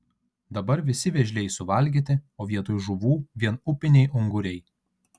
dabar visi vėžliai suvalgyti o vietoj žuvų vien upiniai unguriai